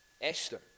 Esther